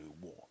War